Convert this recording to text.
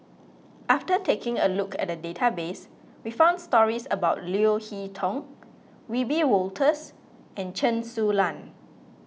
after taking a look at the database we found stories about Leo Hee Tong Wiebe Wolters and Chen Su Lan